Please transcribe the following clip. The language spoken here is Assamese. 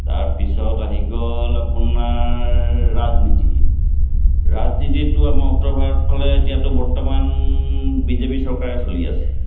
তাৰপিছত আহি গ'ল আপোনাৰ ৰাজনীতি ৰাজনীতিটো আমাৰ উত্তৰ ভাৰত ফালে এতিয়াতো বৰ্তমান বি জে পি চৰকাৰে চলি আছে